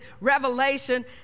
Revelation